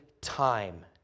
time